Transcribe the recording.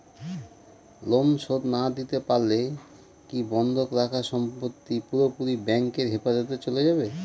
Loan শোধ না দিতে পারলে কি বন্ধক রাখা সম্পত্তি পুরোপুরি ব্যাংকের হেফাজতে চলে যাবে?